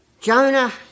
Jonah